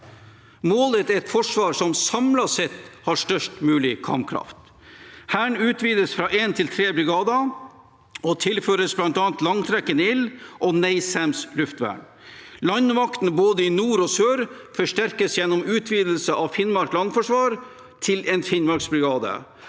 Målet er et forsvar som samlet sett har størst mulig kampkraft. Hæren utvides fra én til tre brigader og tilføres bl.a. langtrekkende ild og NASAMS luftvern. Landmakten, i både nord og sør, forsterkes gjennom utvidelse av Finnmark landforsvar til en Finnmarksbrigade,